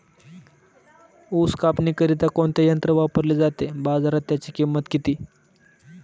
ऊस कापणीकरिता कोणते यंत्र वापरले जाते? बाजारात त्याची किंमत किती?